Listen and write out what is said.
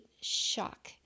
shock